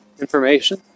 information